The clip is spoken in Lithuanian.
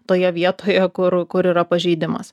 toje vietoje kur kur yra pažeidimas